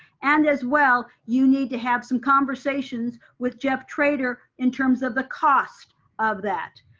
and as well, you need to have some conversations with jeff trader in terms of the cost of that,